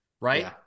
Right